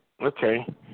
Okay